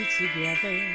together